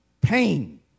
pain